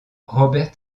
robert